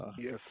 yes